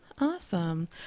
Awesome